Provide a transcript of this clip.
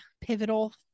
pivotal